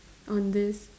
on this